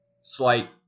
slight